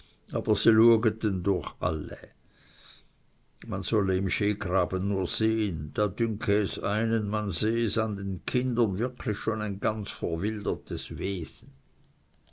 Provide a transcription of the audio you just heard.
man solle im sch graben nur sehen da dünke es einem man sehe an den kindern wirklich schon ein ganz verwildertes wesen